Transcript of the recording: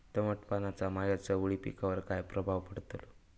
दमटपणाचा माझ्या चवळी पिकावर काय प्रभाव पडतलो?